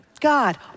God